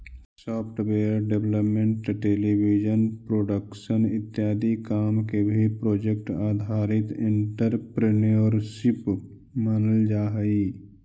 software development television production इत्यादि काम के भी प्रोजेक्ट आधारित एंटरप्रेन्योरशिप मानल जा हई